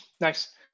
Nice